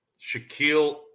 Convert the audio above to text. Shaquille